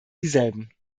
dieselben